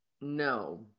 no